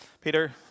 Peter